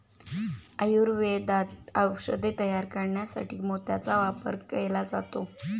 आयुर्वेदात औषधे तयार करण्यासाठी मोत्याचा वापर केला जातो